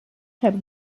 type